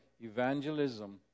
evangelism